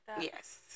Yes